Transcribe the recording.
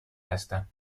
هستم